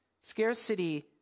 Scarcity